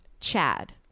Chad